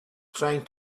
trying